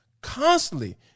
constantly